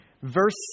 Verse